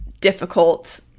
difficult